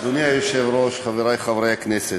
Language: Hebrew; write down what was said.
אדוני היושב-ראש, חברי חברי הכנסת,